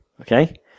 okay